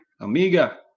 Amiga